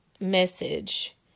message